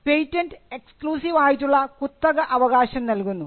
patent exclusive ആയിട്ടുള്ള കുത്തക അവകാശം നൽകുന്നു